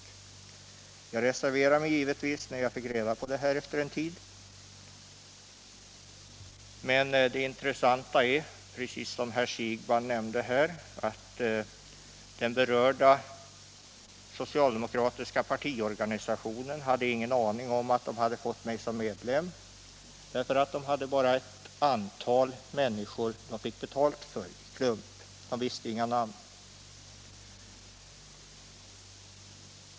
Jag reserverade mig givetvis när jag fick reda på detta efter en tid. Men det intressanta är, precis som herr Siegbahn nämnde här, att den berörda socialdemokratiska partiorganisationen inte hade någon aning om att den hade fått mig som medlem, eftersom man bara hade fått betalt för ett antal människor i klump — man visste inga namn.